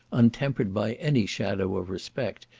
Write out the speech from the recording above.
untempered by any shadow of respect,